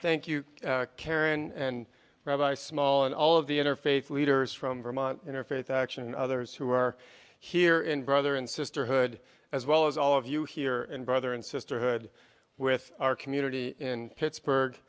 thank you karen and rabbi small and all of the interfaith leaders from vermont interfaith action and others who are here in brother and sister hood as well as all of you here and brother and sister hood with our community in pittsburgh